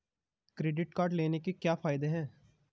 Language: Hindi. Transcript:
क्रेडिट कार्ड लेने के क्या फायदे हैं?